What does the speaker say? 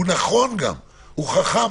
הוא נכון, הוא חכם.